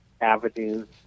avenues